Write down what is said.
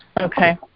okay